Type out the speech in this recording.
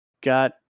got